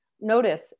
Notice